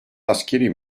askeri